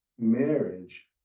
marriage